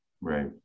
Right